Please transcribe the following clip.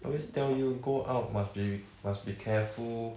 always tell you go out must be must be careful